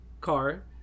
car